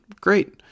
great